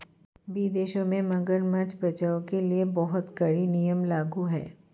विदेशों में मगरमच्छ बचाओ के लिए बहुत कड़े नियम लागू हैं